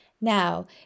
Now